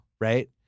right